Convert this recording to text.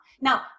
Now